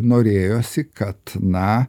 norėjosi kad na